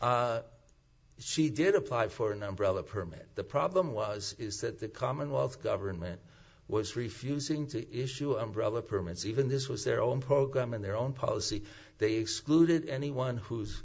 r she did apply for an umbrella permit the problem was is that the commonwealth government was refusing to issue a brother permits even this was their own program and their own policy they excluded anyone who